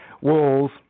walls